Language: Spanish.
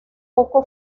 poco